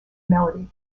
melody